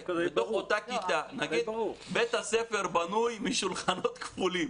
נגיד שבית הספר בנוי משולחנות כפולים.